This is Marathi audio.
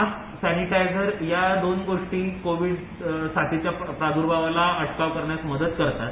मास्क सॅनिटायझर या दोन गोष्टी कोविड साठीच्या प्रादुर्भावाला अटकाव करतात